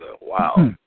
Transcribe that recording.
wow